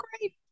great